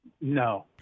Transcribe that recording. No